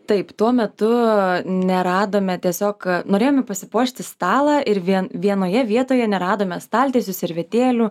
taip tuo metu neradome tiesiog norėjome pasipuošti stalą ir vien vienoje vietoje neradome staltiesių servetėlių